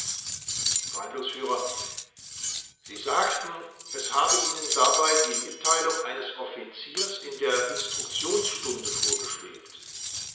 verhandlungsf sie sagten es habe ihnen dabei die mitteilung eines offiziers in der instruktionsstunde vorgeschwebt